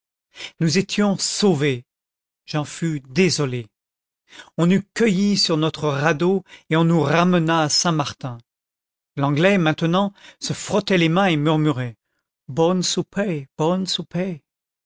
nous étions sauvés j'en fus désolé on nous cueillit sur notre radeau et on nous ramena à saint-martin l'anglais maintenant se frottait les mains et murmurait bonne souper bonne souper